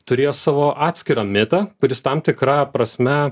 turėjo savo atskirą mitą kuris tam tikra prasme